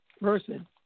person